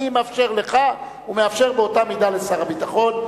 אני מאפשר לך ומאפשר באותה מידה לשר הביטחון.